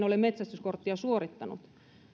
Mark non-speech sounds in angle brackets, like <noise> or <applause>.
<unintelligible> ole metsästyskorttia suorittanut